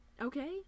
okay